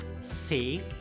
safe